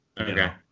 Okay